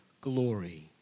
glory